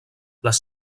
les